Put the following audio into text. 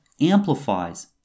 amplifies